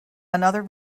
another